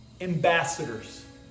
ambassadors